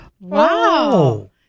Wow